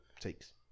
takes